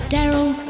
Daryl